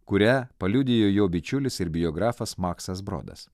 kurią paliudijo jo bičiulis ir biografas maksas brodas